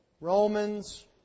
Romans